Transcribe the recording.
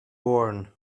born